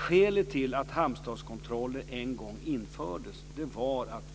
Skälet till att hamnstatskontroller en gång infördes var att